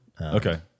Okay